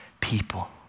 people